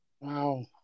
wow